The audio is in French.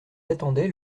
attendait